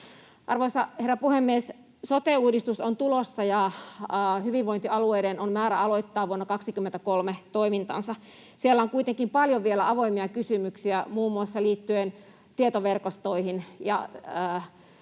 Arvoisa herra puhemies! Sote-uudistus on tulossa, ja hyvinvointialueiden on määrä aloittaa toimintansa vuonna 23. Siellä on kuitenkin vielä paljon avoimia kysymyksiä muun muassa liittyen tietoverkostoihin ja sähköisiin